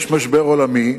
יש משבר עולמי,